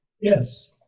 Yes